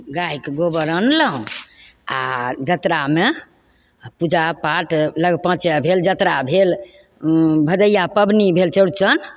गायके गोबर अनलहुँ आओर जतरामे पूजा पाठ लग पाँचे भेल जतरा भेल भदैया पबनी भेल चौरचन